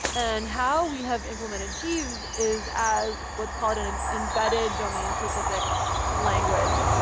and how we have implemented jeeves is as what's called an embedded domain specific language,